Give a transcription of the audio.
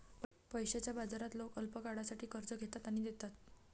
पैशाच्या बाजारात लोक अल्पकाळासाठी कर्ज घेतात आणि देतात